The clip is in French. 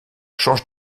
change